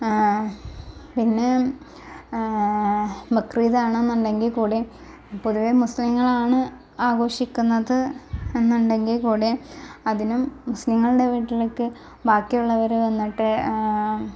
പിന്നെ ബക്രീദ് ആണെന്നുണ്ടെങ്കിൽ കൂടിയും പൊതുവേ മുസ്ലിങ്ങളാണ് ആഘോഷിക്കുന്നത് എന്നുണ്ടെങ്കിൽ കൂടിയും അതിനും മുസ്ലീങ്ങളുടെ വീട്ടിലേക്ക് ബാക്കിയുള്ളവർ വന്നിട്ട്